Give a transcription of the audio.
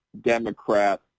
Democrat